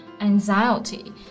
anxiety